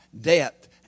depth